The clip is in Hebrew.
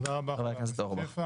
תודה רבה.